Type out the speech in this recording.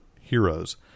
Heroes